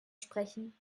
sprechen